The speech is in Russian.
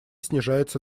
снижается